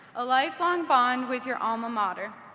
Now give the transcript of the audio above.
a lifelong bond with your alma mater.